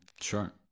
Sure